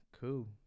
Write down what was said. cool